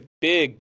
big